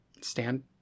Stand